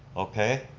okay?